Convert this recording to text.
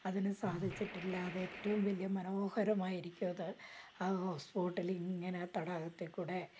അതിന് സാധിച്ചിട്ടില്ല അത് ഏറ്റവും വലിയ മനോഹരമായിരിക്കും അത് ആ ഹൗസ് ബോട്ടിൽ ഇങ്ങനെ തടാകത്തിൽ കൂടെ